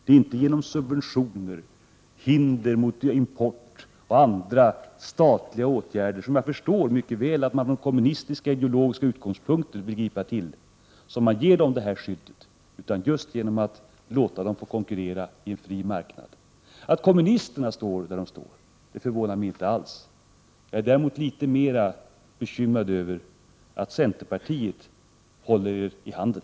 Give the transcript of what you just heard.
Det är inte genom subventioner, hinder mot import och andra statliga åtgärder — som jag mycket väl förstår att man från kommunistiska ideologiska utgångspunkter vill gripa till - som man ger dem detta skydd, utan just genom att låta dem konkurrera i en fri marknad. Att kommunisterna står där de står förvånar mig inte alls. Jag är däremot mer bekymrad över att centerpartiet håller er i handen.